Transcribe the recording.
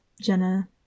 Jenna